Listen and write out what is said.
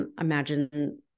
imagine